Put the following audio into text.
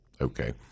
okay